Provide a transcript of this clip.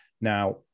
Now